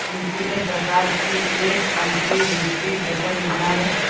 NPS सरकार की एक कंट्रीब्यूटरी पेंशन योजना है